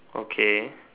okay